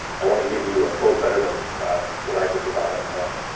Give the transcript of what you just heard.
i want to give you a quote better than what i could provide on my own.